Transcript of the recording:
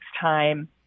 time